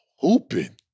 hooping